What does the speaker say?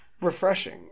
refreshing